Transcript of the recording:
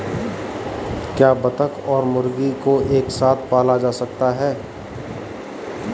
क्या बत्तख और मुर्गी को एक साथ पाला जा सकता है?